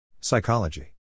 Psychology